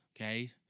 okay